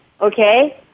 Okay